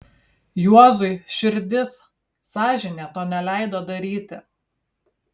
juozui širdis sąžinė to neleido daryti